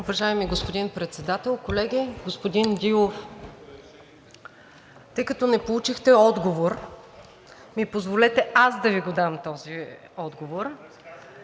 Уважаеми господин Председател, колеги! Господин Дилов, тъй като не получихте отговор, ми позволете аз да Ви задам този отговор.